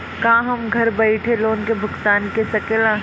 का हम घर बईठे लोन के भुगतान के शकेला?